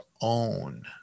own